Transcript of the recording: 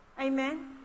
Amen